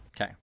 Okay